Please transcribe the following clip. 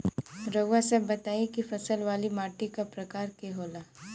रउआ सब बताई कि फसल वाली माटी क प्रकार के होला?